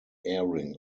airing